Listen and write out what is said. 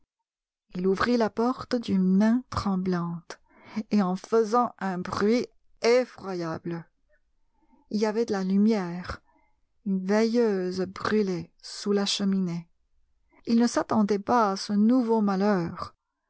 il ouvrit la porte d'une main tremblante et en faisant un bruit effroyable il y avait de la lumière une veilleuse brûlait sous la cheminée il ne s'attendait pas à ce nouveau malheur